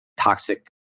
toxic